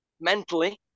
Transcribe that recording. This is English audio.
mentally